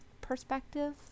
perspective